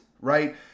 right